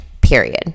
period